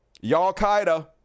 Y'all-Qaeda